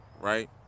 right